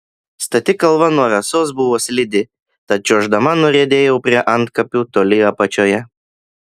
stati kalva nuo rasos buvo slidi tad čiuoždama nuriedėjau prie antkapių toli apačioje